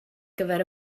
gyfer